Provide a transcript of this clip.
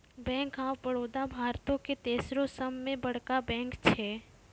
bank of Baroda भारतो के तेसरो सभ से बड़का बैंक छै